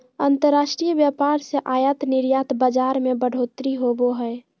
अंतर्राष्ट्रीय व्यापार से आयात निर्यात बाजार मे बढ़ोतरी होवो हय